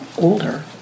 older